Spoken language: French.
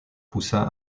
poussa